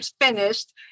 finished